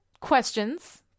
questions